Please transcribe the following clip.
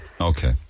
okay